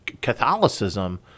Catholicism